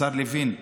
השר לוין,